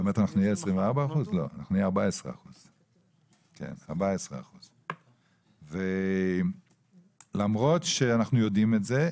נהיה 14%. למרות שאנחנו יודעים את זה,